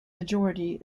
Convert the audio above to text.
majority